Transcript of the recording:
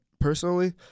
personally